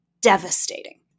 devastating